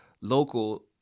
local